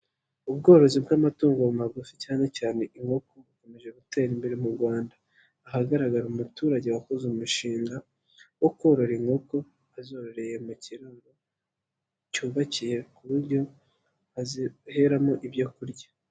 Ubworozi bw'amatungo magufi cyane cyane inkoko bukomeje gutera imbere mu Rwanda, ahagaragara umuturage wakoze umushinga wo korora inkoko, azororeye mu kiraro cyubakiye ku buryo aziheramo ibyo kurya.